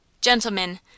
Gentlemen